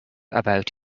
about